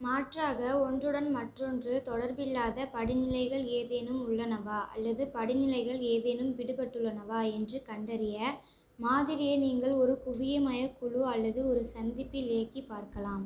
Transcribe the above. மாற்றாக ஒன்றுடன் மற்றொன்று தொடர்பில்லாத படிநிலைகள் ஏதேனும் உள்ளனவா அல்லது படிநிலைகள் ஏதேனும் விடுபட்டுள்ளனவா என்று கண்டறிய மாதிரியை நீங்கள் ஒரு குவிய மையக் குழு அல்லது ஒரு சந்திப்பில் இயக்கிப் பார்க்கலாம்